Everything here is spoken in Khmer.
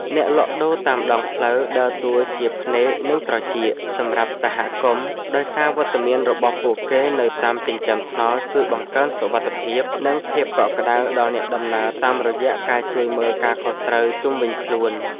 អ្នកលក់ដូរតាមដងផ្លូវដើរតួជា "ភ្នែក និងត្រចៀក" សម្រាប់សហគមន៍ ដោយសារវត្តមានរបស់ពួកគេនៅតាមចិញ្ចើមថ្នល់ជួយបង្កើនសុវត្ថិភាព និងភាពកក់ក្ដៅដល់អ្នកដំណើរតាមរយៈការជួយមើលការខុសត្រូវជុំវិញខ្លួន។